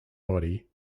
body